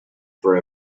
per